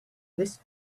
this